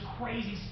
crazy